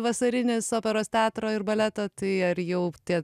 vasarinės operos teatro ir baleto tai ar jau tie